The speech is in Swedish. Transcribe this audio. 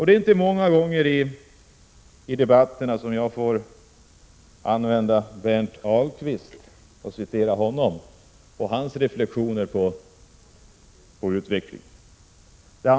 Det är inte många gånger jag får tillfälle att citera Berndt Ahlqvist och hans reflexioner om utvecklingen.